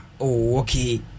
okay